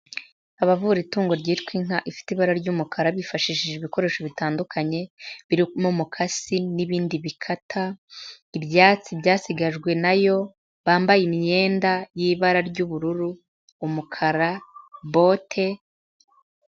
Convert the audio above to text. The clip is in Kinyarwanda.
Abavura itungo ryitwa inka ifite ibara ry'umukara, bifashishije ibikoresho bitandukanye birimo umukasi n'ibindi bikata, ibyatsi byasigajwe nayo, bambaye imyenda y'ibara ry'ubururu, umukara, bote...